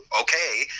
okay